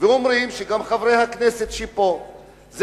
כאילו זה כספי חסד.